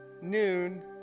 noon